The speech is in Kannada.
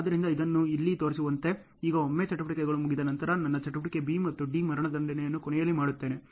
ಆದ್ದರಿಂದ ಇದನ್ನು ಇಲ್ಲಿ ತೋರಿಸಿರುವಂತೆ ಈಗ ಒಮ್ಮೆ ಚಟುವಟಿಕೆಗಳು ಮುಗಿದ ನಂತರ ನನ್ನ ಚಟುವಟಿಕೆ B ಮತ್ತು C ಮರಣದಂಡನೆಯನ್ನು ಕೊನೆಯಲ್ಲಿ ಮಾಡುತ್ತೇನೆ